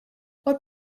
what